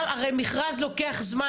הרי מכרז לוקח זמן,